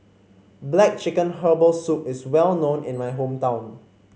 black chicken Herbal Soup is well known in my hometown